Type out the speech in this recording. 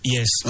Yes